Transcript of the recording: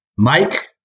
Mike